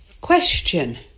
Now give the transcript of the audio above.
Question